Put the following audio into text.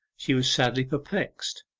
she was sadly perplexed,